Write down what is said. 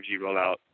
rollout